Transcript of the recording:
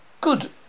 good